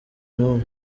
n’umwe